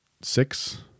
six